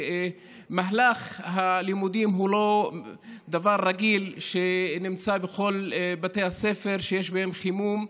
ומהלך הלימודים הוא לא הדבר הרגיל שנמצא בכל בתי הספר שיש בהם חימום,